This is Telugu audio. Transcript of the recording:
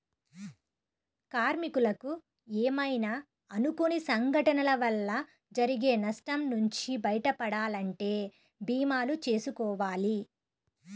కార్మికులకు ఏమైనా అనుకోని సంఘటనల వల్ల జరిగే నష్టం నుంచి బయటపడాలంటే భీమాలు చేసుకోవాలి